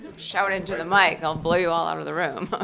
shout into the mic, i'll blow you all out of the room.